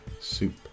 Soup